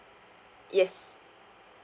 yes